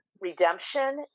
Redemption